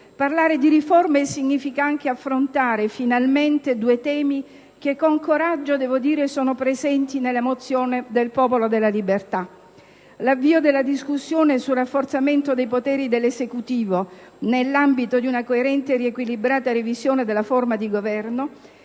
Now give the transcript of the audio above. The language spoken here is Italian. Parlare di riforme significa anche affrontare finalmente due temi che con coraggio sono presenti nella mozione del Popolo della Libertà: l'avvio della discussione sul rafforzamento dei poteri dell'Esecutivo, nell'ambito di una coerente e riequilibrata revisione della forma di Governo,